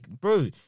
bro